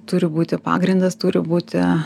turi būti pagrindas turi būti